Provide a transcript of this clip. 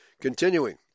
Continuing